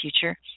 future